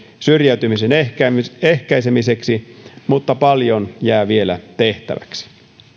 syrjäytymisen ehkäisemiseksi ehkäisemiseksi mutta paljon jää vielä tehtäväksi